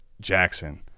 Jackson